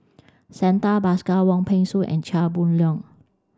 Santha Bhaskar Wong Peng Soon and Chia Boon Leong